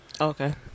Okay